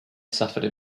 suffered